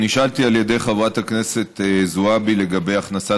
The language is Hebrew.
נשאלתי על ידי חברת הכנסת זועבי לגבי הכנסת